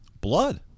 blood